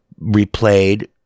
replayed